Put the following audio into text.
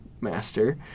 master